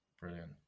brilliant